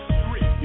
street